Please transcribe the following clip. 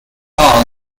all